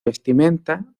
vestimenta